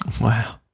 Wow